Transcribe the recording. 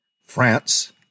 france